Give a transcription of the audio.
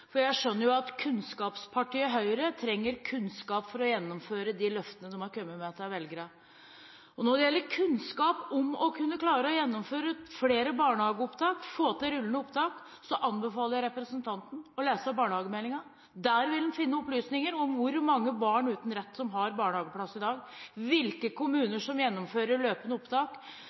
Jeg skjønner at kunnskapspartiet Høyre trenger kunnskap for å gjennomføre de løftene de har kommet med til velgerne. Når det gjelder kunnskap om å kunne klare å gjennomføre flere barnehageopptak og få til rullerende opptak, anbefaler jeg representanten å lese barnehagemeldingen. Der vil han finne opplysninger om hvor mange barn uten rett som har barnehageplass i dag, og hvilke kommuner som gjennomfører løpende opptak.